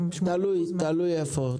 תלוי איפה.